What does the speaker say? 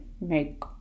make